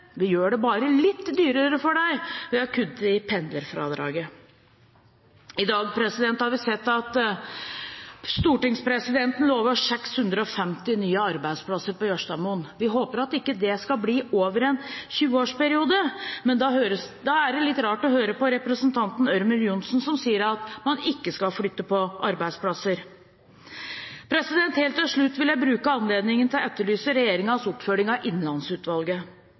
gjør det bare litt dyrere for deg ved å kutte i pendlerfradraget. I dag har vi sett at stortingspresidenten lover 650 nye arbeidsplasser på Jørstadmoen. Vi håper det ikke skal bli over en 20-årsperiode, men da er det litt rart å høre på representanten Ørmen Johnsen som sier at man ikke skal flytte på arbeidsplasser. Helt til slutt vil jeg bruke anledningen til å etterlyse regjeringens oppfølging av Innlandsutvalget.